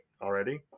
already